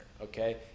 Okay